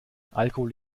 alkohol